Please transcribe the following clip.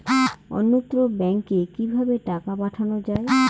অন্যত্র ব্যংকে কিভাবে টাকা পাঠানো য়ায়?